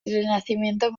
renacimiento